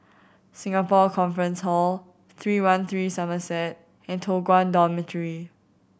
Singapore Conference Hall Three One Three Somerset and Toh Guan Dormitory